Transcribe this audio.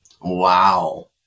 Wow